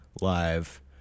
live